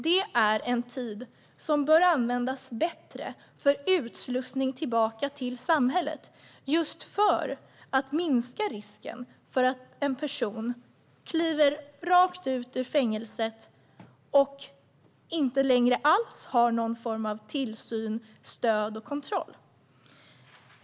Det är en tid som bör användas bättre för utslussning tillbaka till samhället, just för att minska risken för att en person kliver ut ur fängelset utan att längre ha någon form av tillsyn, stöd och kontroll.